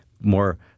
more